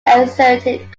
exerted